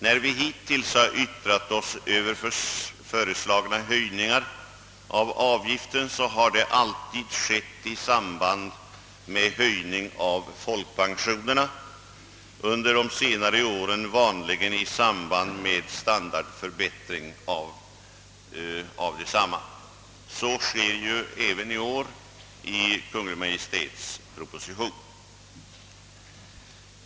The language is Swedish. När vi hittills har yttrat oss om föreslagna höjningar av avgiften har det alltid skett i samband med höjning av folkpensionerna, under de senare åren vanligen i samband med standardförbättring av folkpensionerna. Så sker även i år i Kungl. Maj:t proposition.